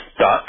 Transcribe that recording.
stuck